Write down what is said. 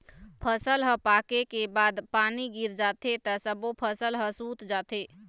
फसल ह पाके के बाद म पानी गिर जाथे त सब्बो फसल ह सूत जाथे